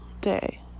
day